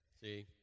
See